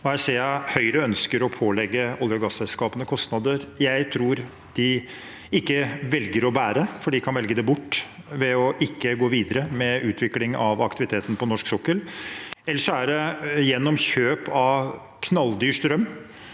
Her ser jeg at Høyre ønsker å pålegge olje- og gasselskapene kostnader. Jeg tror de velger å ikke bære dem, for de kan velge det bort ved å ikke gå videre med utvikling av aktiviteten på norsk sokkel, eller så er det gjennom kjøp av knalldyr strøm,